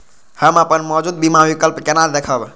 हम अपन मौजूद बीमा विकल्प के केना देखब?